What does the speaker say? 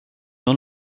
dans